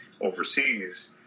overseas